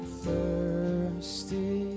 thirsty